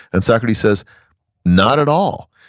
and socrates says not at all.